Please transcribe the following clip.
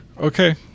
Okay